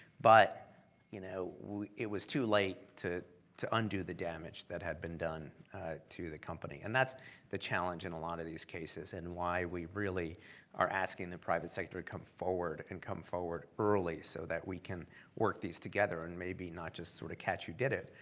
but you know it was too late to to undo the damage that had been done to the company. and that's the challenge in a lot of these cases, and why we really are asking the private sector to come forward, and come forward early so that we can work these together, and maybe not just sort of catch who did it,